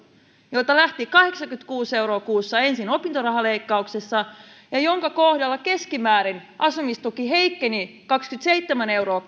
joilta lähti ensin kahdeksankymmentäkuusi euroa kuussa opintorahaleikkauksessa ja joiden kohdalla keskimäärin asumistuki heikkeni kaksikymmentäseitsemän euroa